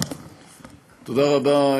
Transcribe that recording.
תודה רבה.